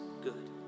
good